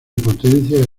potencias